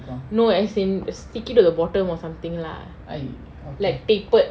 no as in stick it to the bottom of something lah like paper